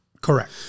Correct